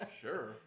Sure